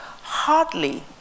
hardly